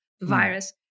virus